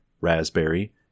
Raspberry